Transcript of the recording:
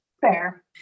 Fair